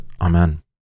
Amen